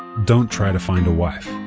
don't try to find a wife.